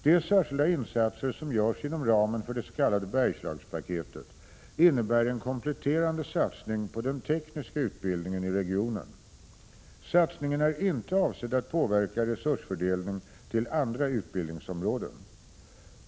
De särskilda insatser som görs inom ramen för det s.k. Bergslagspaketet innebär en kompletterande satsning på den tekniska utbildningen i regionen. Satsningen är inte avsedd att påverka resursfördelning till andra utbildningsområden.